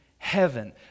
Heaven